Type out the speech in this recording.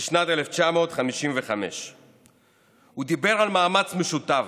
בשנת 1955. הוא דיבר על מאמץ משותף,